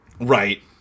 Right